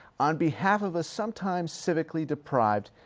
on behalf of a sometimes civically deprived,